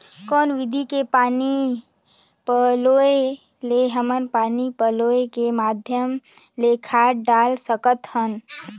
कौन विधि के पानी पलोय ले हमन पानी पलोय के माध्यम ले खाद डाल सकत हन?